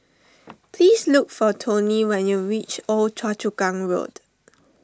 please look for Toney when you reach Old Choa Chu Kang Road